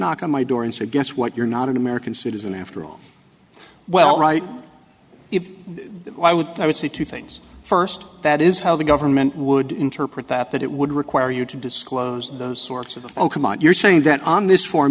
knock on my door and say guess what you're not an american citizen after all well right if i would i would see two things first that is how the government would interpret that that it would require you to disclose those sorts of you're saying that on this form